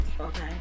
Okay